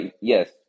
yes